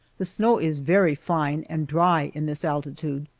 the snow is very fine and dry in this altitude,